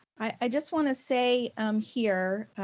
i just wanna say here,